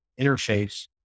interface